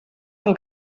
del